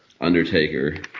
Undertaker